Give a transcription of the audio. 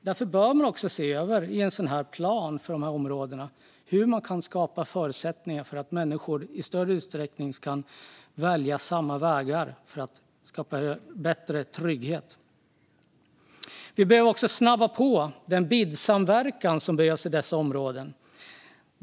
Därför behöver man se över hur man kan skapa förutsättningar för att människor ska kunna välja samma väg och därmed större trygghet. Vi behöver också snabba på den BID-samverkan som behövs i dessa områden.